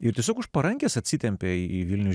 ir tiesiog už parankės atsitempei į vilnius